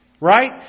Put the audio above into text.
Right